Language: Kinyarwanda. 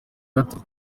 gatatu